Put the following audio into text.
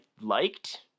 liked